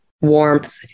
warmth